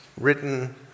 written